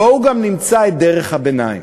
בואו גם נמצא את דרך הביניים.